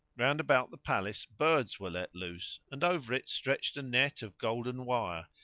round about the palace birds were let loose and over it stretched a net of golden wire,